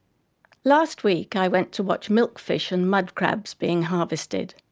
last week i went to watch milkfish and mud crabs being harvested.